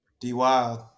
D-Wild